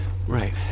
Right